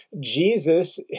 Jesus